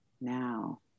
now